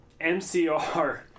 mcr